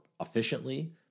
efficiently